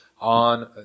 on